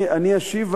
אני אשיב,